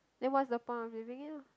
then what's the point of living lah